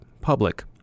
public